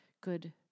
good